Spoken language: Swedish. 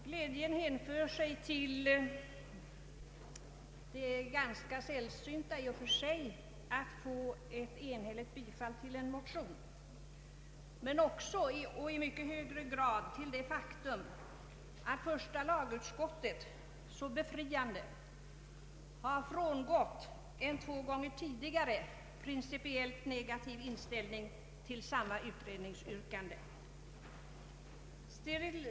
Glädjen hänför sig till det i och för sig ganska sällsynta att man får enhälligt bifall till en motion men också — och i mycket högre grad — till det faktum att första lagutskottet så befriande har frångått en två gånger tidigare principiellt negativ inställning till samma utredningsyrkande.